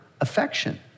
affection